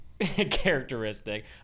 characteristic